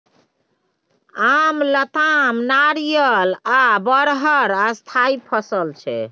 आम, लताम, नारियर आ बरहर स्थायी फसल छै